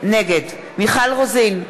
נגד מיכל רוזין,